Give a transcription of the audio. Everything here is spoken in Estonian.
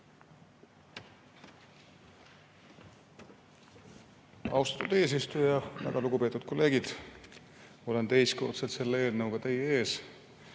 Austatud eesistuja! Väga lugupeetud kolleegid! Olen teist korda selle eelnõuga teie ees.